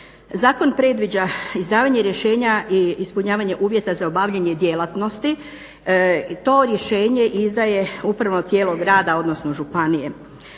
zakon predviđa izdavanje rješenja i ispunjavanje uvjeta za obavljanje djelatnosti. To rješenje izdaje upravno tijelo grada odnosno županije.